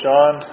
John